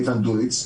איתן דוניץ,